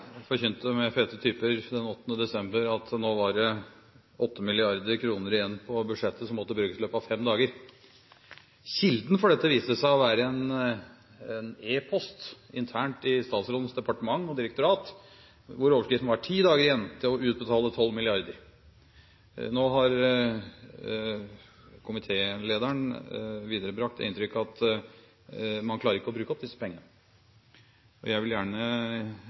budsjettet som måtte brukes i løpet av fem dager. Kilden for dette viste seg å være en e-post internt i statsrådens departement og direktorat hvor det sto: Ti dager igjen til å utbetale 12 mrd. kr. Nå har komitélederen viderebrakt inntrykket av at man ikke klarer å bruke opp disse pengene. Jeg vil gjerne